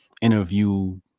interview